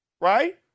right